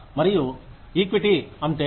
మరియు అంటే ఈక్విటీ అంటే